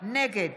נגד